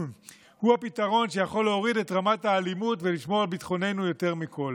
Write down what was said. הוא הפתרון שיכול להוריד את רמת האלימות ולשמור על ביטחוננו יותר מכול.